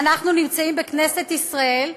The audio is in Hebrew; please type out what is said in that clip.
אנחנו נמצאים בכנסת ישראל,